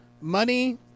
money